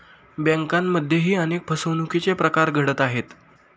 बँकांमध्येही अनेक फसवणुकीचे प्रकार घडत आहेत